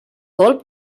colp